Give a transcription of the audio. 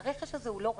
הרכש הזה הוא לא רכש.